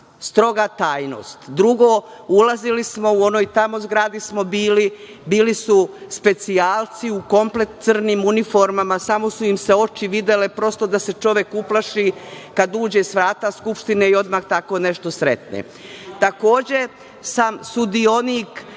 stroga tajnost. Drugo, u onoj tamo zgradi smo bili, bili su specijalci u komplet crnim uniformama, samo su im se oči videle, prosto da se čovek uplaši kada uđe sa vrata Skupštine i odmah tako nešto sretne. Takođe,